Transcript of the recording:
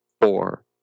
four